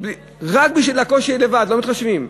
רק בשביל הקושי לבד, לא מתחשבים.